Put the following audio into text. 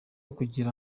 kugira